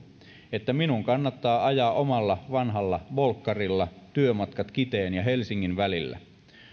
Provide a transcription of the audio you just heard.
että minun kannattaa ajaa omalla vanhalla volkkarilla työmatkat kiteen ja helsingin välillä